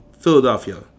Philadelphia